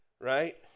Right